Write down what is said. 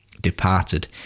departed